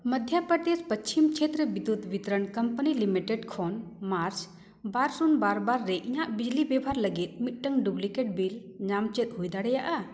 Madhya Pradesh Paschim Kshetra Vidyut Vitaran company limited ᱠᱷᱚᱱ March ᱵᱟᱨ ᱥᱩᱱ ᱵᱟᱨ ᱵᱟᱨ ᱨᱮ ᱤᱧᱟᱹᱜ ᱵᱤᱡᱽᱞᱤ ᱵᱮᱵᱚᱦᱟᱨ ᱞᱟᱹᱜᱤᱫ ᱢᱤᱫᱴᱟᱱ ᱰᱩᱵᱽᱞᱤᱠᱮᱹᱴ ᱵᱤᱞ ᱧᱟᱢ ᱪᱮᱫ ᱦᱩᱭ ᱫᱟᱲᱮᱭᱟᱜᱼᱟ